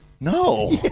No